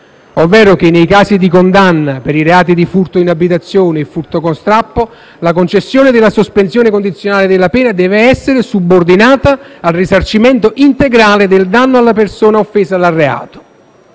ovvero che nei casi di condanna per i reati di furto in abitazione e furto con strappo la concessione della sospensione condizionale della pena deve essere subordinata al risarcimento integrale del danno alla persona offesa dal reato.